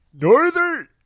Northern